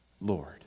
Lord